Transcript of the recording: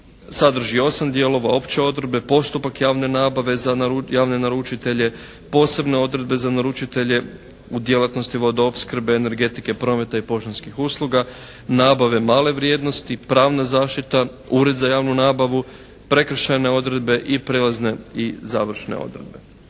sadrži 8 dijelova, Opće odredbe, Postupak javne nabave za javne naručitelje, Posebne odredbe za naručitelje u djelatnosti vodoopskrbe, energetike, prometa i poštanskih usluga, Nabave male vrijednosti, Pravna zaštita, Ured za javnu nabavu, Prekršajne odredbe i Prijelazne i završne odredbe.